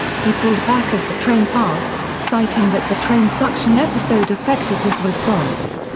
he pulled back as the train passed, citing that the train suction episode affected his response.